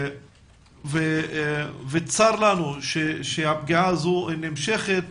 צר לנו שהפגיעה הזו נמשכת.